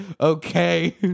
okay